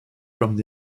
from